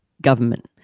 Government